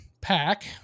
pack